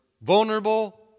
vulnerable